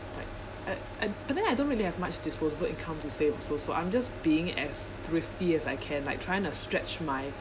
like I~ I~ but then I don't really have much disposable income to save also so I'm just being as thrifty as I can like trying to stretch my